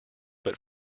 but